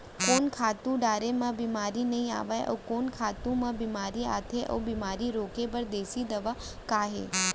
कोन खातू डारे म बेमारी नई आये, अऊ कोन खातू म बेमारी आथे अऊ बेमारी रोके बर देसी दवा का हे?